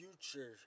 future